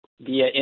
via